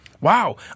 Wow